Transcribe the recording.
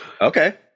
Okay